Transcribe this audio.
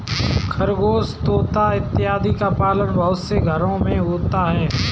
खरगोश तोता इत्यादि का पालन बहुत से घरों में होता है